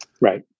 Right